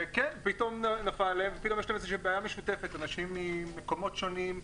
פתאום יש לאנשים ממקומות שונים,